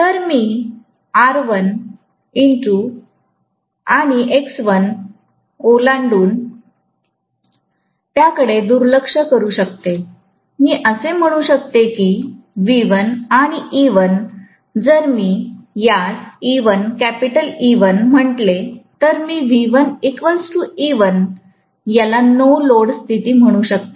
तर मी R1 आणि X1ओलांडून त्याकडे दुर्लक्ष करू शकते मी असे म्हणू शकते की V1 आणि E1 जर मी यास E1 कॅपिटल E1 म्हटले तर मीयाला नो लोड स्थिती म्हणू शकते